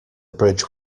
bridge